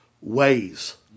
ways